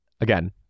Again